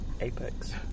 Apex